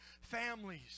families